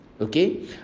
okay